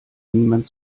niemand